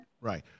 Right